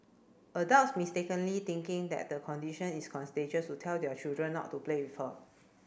adults mistakenly thinking that the condition is contagious would tell their children not to play with her